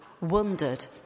wondered